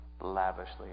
lavishly